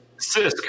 Sisk